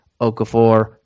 Okafor